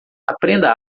aprenda